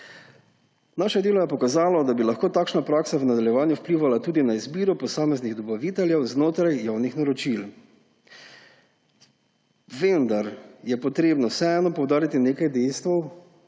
Naše delo je pokazalo, da bi lahko takšna praksa v nadaljevanju vplivala tudi na izbiro posameznih dobaviteljev znotraj javnih naročil. Vendar je potrebno vseeno poudariti nekaj dejstev,